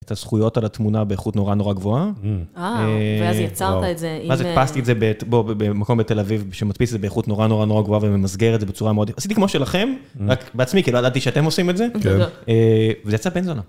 את הזכויות על התמונה באיכות נורא נורא גבוהה. ואז יצרת את זה. ואז הדפסתי את זה במקום בתל אביב, שמדפיס את זה באיכות נורא נורא נורא גבוהה וממסגר את זה בצורה מאוד... עשיתי כמו שלכם, רק בעצמי, כי לא ידעתי שאתם עושים את זה. כן. וזה יצא בן זונה.